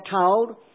told